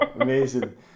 amazing